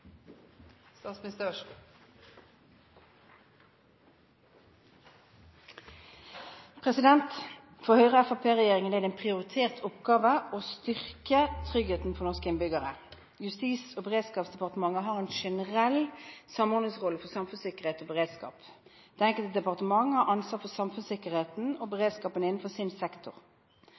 For Høyre–Fremskrittsparti-regjeringen er det en prioritert oppgave å styrke tryggheten for norske innbyggere. Justis- og beredskapsdepartementet har en generell samordningsrolle for samfunnssikkerhet og beredskap. Det enkelte departement har ansvar for samfunnssikkerheten og beredskapen innenfor sin sektor.